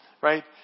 right